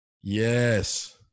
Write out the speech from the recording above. Yes